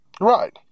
Right